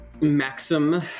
Maxim